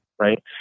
right